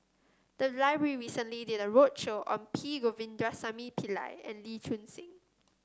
the library recently did a roadshow on P Govindasamy Pillai and Lee Choon Seng